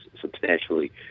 substantially